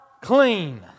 clean